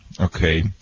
Okay